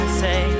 say